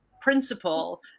principle